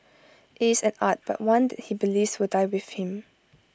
IT is an art but one that he believes will die with him